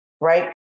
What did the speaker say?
right